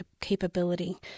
capability